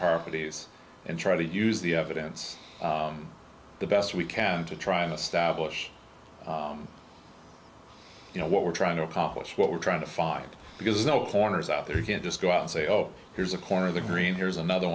properties and try to use the evidence the best we can to try and establish you know what we're trying to accomplish what we're trying to find because no corners out there you can't just go out and say oh here's a corner of the green here's another